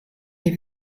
les